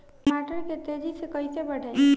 टमाटर के तेजी से कइसे बढ़ाई?